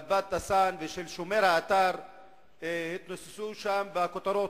לבאד טאסאן, ושל שומר האתר התנוססו שם בכותרות.